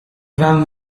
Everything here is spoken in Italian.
van